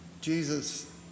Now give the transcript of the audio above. Jesus